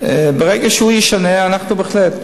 ברגע שהוא ישנה, אנחנו בהחלט.